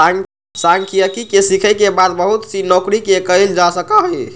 सांख्यिकी के सीखे के बाद बहुत सी नौकरि के कइल जा सका हई